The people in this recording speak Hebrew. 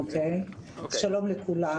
שלום לכולם.